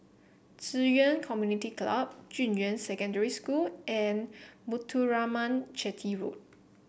Ci Yuan Community Club Junyuan Secondary School and Muthuraman Chetty Road